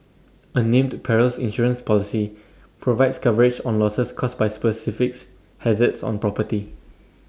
A named Perils Insurance Policy provides coverage on losses caused by specifics hazards on property